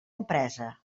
empresa